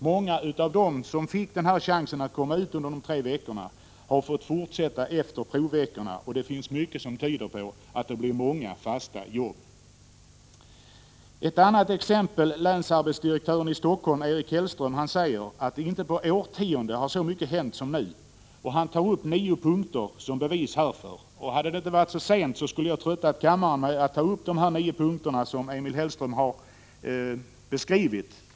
Många av dem som fick chansen att komma ut under dessa tre veckor har fått fortsätta efter provveckorna. Mycket tyder på att det blir många fasta jobb. Ett annat exempel är att länsarbetsdirektören i Helsingfors Emil Hellström säger att det inte på årtionden har hänt så mycket som nu. Han tar upp nio punkter som bevis härför. Hade det inte varit så sent på kvällen, skulle jag ha tröttat kammaren med att ta upp de nio punkter som Emil Hellström redovisar.